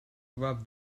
rub